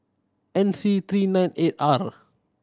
N C three nine eight R